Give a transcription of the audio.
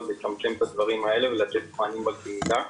לצמצם את הדברים האלה ולתת מענים בקהילה.